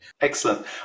excellent